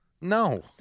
No